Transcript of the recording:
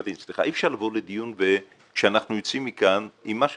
אי אפשר לבוא לדיון כשאנחנו יוצאים מכאן עם מה שהתחלנו.